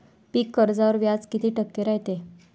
पीक कर्जावर व्याज किती टक्के रायते?